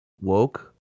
Woke